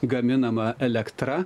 gaminama elektra